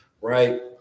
right